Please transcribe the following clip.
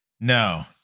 No